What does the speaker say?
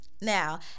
Now